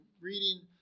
reading